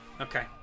Okay